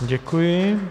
Děkuji.